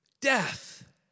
Death